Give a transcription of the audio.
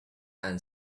and